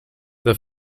the